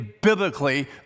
biblically